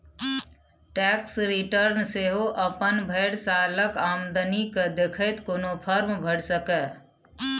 tax return सेहो अपन भरि सालक आमदनी केँ देखैत कोनो फर्म भरि सकैए